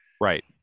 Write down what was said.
Right